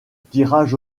tirage